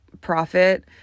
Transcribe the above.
profit